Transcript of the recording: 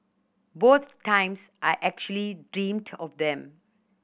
both times I actually dreamed of them